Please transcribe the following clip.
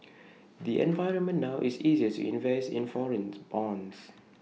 the environment now is easier to invest in foreign bonds